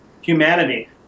humanity